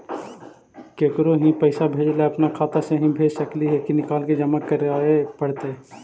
केकरो ही पैसा भेजे ल अपने खाता से ही भेज सकली हे की निकाल के जमा कराए पड़तइ?